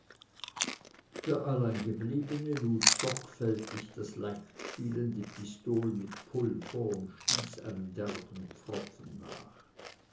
der alleingebliebene lud sorgfältig das leichtspielende pistol mit pulver und stieß einen derben pfropfen nach